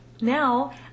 Now